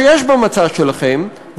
שישנו במצע שלכם,